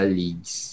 leagues